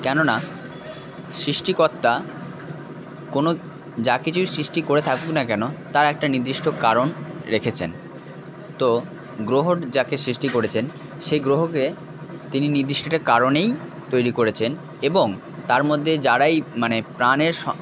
কেননা সৃষ্টিকর্তা কোনো যা কিছুই সৃষ্টি করে থাকুক না কেন তার একটা নির্দিষ্ট কারণ রেখেছেন তো গ্রহর যাকে সৃষ্টি করেছেন সেই গ্রহকে তিনি নির্দিষ্ট একটা কারণেই তৈরি করেছেন এবং তার মধ্যে যারাই মানে প্রাণের